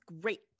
great